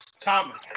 Thomas